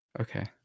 okay